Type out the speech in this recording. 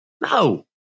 No